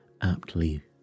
aptly